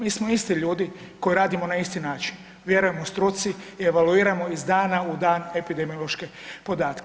Mi smo isti ljudi koji radimo na isti način, vjerujemo struci i evaluiramo iz dana u dan epidemiološke podatke.